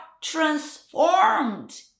transformed